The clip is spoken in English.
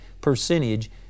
percentage